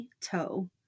Toe